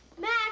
Max